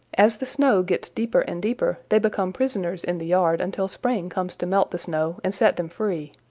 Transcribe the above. as the snow gets deeper and deeper they become prisoners in the yard until spring comes to melt the snow and set them free.